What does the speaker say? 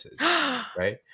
Right